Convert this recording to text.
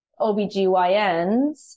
OBGYNs